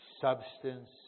Substance